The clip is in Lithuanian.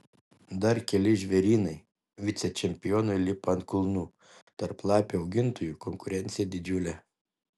dar keli žvėrynai vicečempionui lipa ant kulnų tarp lapių augintojų konkurencija didžiulė